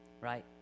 right